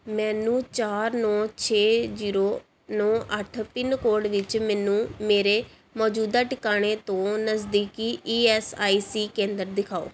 ਮੈਨੂੰ ਚਾਰ ਨੌਂ ਛੇ ਜ਼ੀਰੋ ਨੌਂ ਅੱਠ ਪਿੰਨ ਕੋਡ ਵਿੱਚ ਮੈਨੂੰ ਮੇਰੇ ਮੌਜੂਦਾ ਟਿਕਾਣੇ ਤੋਂ ਨਜ਼ਦੀਕੀ ਈ ਐੱਸ ਆਈ ਸੀ ਕੇਂਦਰ ਦਿਖਾਓ